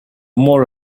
more